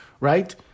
right